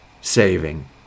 saving